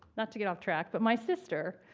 not to get off track, but my sister